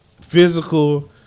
physical